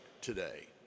today